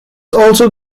also